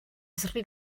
sri